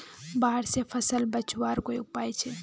बाढ़ से फसल बचवार कोई उपाय छे?